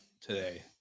today